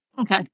okay